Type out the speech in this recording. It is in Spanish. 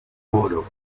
oro